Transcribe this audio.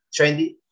trendy